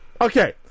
Okay